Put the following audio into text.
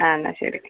ആ എന്നാൽ ശരി